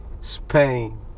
Spain